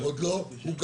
יש מלא כאלה.